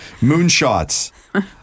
Moonshots